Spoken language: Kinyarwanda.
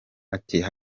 ati